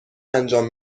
انجام